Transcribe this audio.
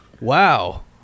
Wow